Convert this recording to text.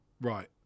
right